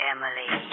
Emily